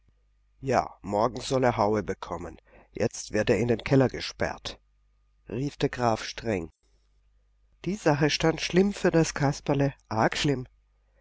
ja morgen soll er haue bekommen jetzt wird er in den keller gesperrt rief der graf streng die sache stand schlimm für das kasperle arg schlimm